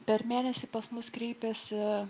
per mėnesį pas mus kreipėsi